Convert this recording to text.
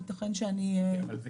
יכול להיות שאני טועה.